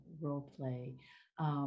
role-play